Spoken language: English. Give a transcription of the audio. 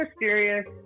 mysterious